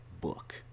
book